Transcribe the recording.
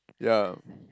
ya